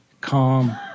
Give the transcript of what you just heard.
calm